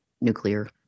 nuclear